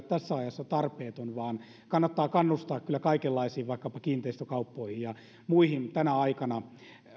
tässä ajassa tarpeeton vaan kannattaa kannustaa kyllä kaikenlaisiin vaikkapa kiinteistökauppoihin ja muihin tänä aikana